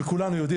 וכולנו יודעים,